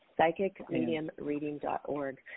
PsychicMediumReading.org